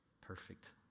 perfect